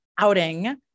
outing